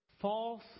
false